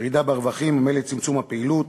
ירידה ברווחים וממילא צמצום הפעילות,